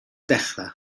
dechrau